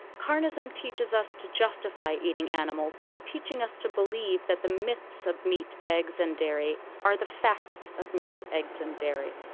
carnism teaches us to justify eating animals by teaching us to believe that the myths of meat, eggs, and dairy are the facts of meat, eggs, and dairy.